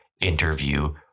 interview